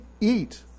eat